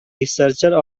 researcher